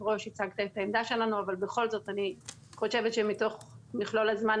ראש ייצגת את העמדה שלנו אבל בכל זאת אני חושבת שמתוך מכלול הזמן,